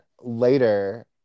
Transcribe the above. later